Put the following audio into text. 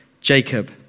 Jacob